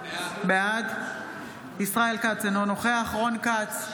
בעד ישראל כץ, אינו נוכח רון כץ,